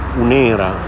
un'era